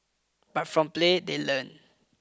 but from play they learn